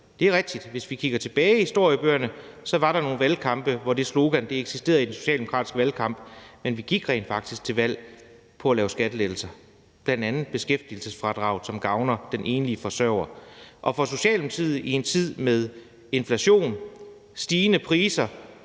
Det er rigtigt, at hvis vi kigger tilbage i historiebøgerne, var der nogle valgkampe, hvor det slogan eksisterede i den socialdemokratiske valgkamp, men vi gik rent faktisk her til valg på at lave skattelettelser, bl.a. beskæftigelsesfradraget, som gavner den enlige forsørger. I en tid med inflation og stigende priser